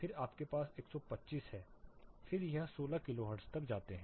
फिर आपके पास 125 हैं फिर यह 16 किलो हर्ट्ज तक जाते हैं